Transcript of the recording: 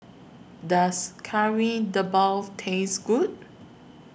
Does Kari Debal Taste Good